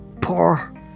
poor